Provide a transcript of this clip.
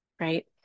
right